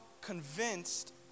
convinced